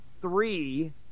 three